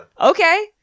Okay